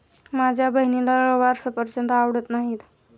माझ्या बहिणीला रवाळ सफरचंद आवडत नाहीत